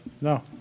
No